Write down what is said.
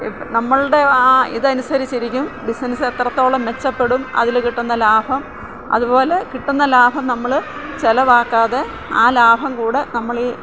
നമ്മളുടെ ആ ഇത് അനുസരിച്ചിരിക്കും ബിസിനസ് എത്രത്തോളം മെച്ചപ്പെടും അതിൽ കിട്ടുന്ന ലാഭം അതുപോലെ കിട്ടുന്ന ലാഭം നമ്മൾ ചിലവാക്കാതെ ആ ലാഭം കൂടെ നമ്മൾ ഈ